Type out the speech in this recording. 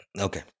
Okay